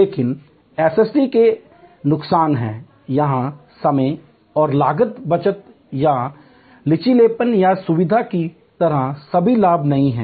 लेकिन एसएसटी के नुकसान हैं यह समय और लागत बचत या लचीलेपन या सुविधा की तरह सभी लाभ नहीं है